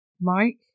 Mike